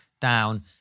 down